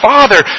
Father